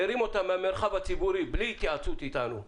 -- מרים אותם מהמרחב הציבורי בלי התייעצות איתנו,